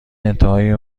انتهای